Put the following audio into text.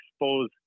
expose